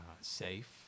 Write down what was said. safe